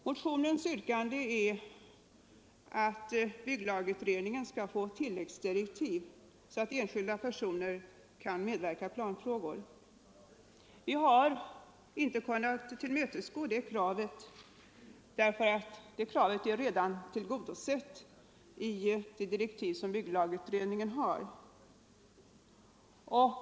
Motionens yrkande är att bygglagutredningen skall få tilläggsdirektiv som går ut på att enskilda personer skall kunna medverka i planfrågor. Vi har inte kunnat tillmötesgå det kravet, eftersom det redan är tillgodosett i de direktiv som bygglagutredningen har.